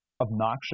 obnoxious